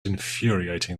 infuriating